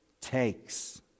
takes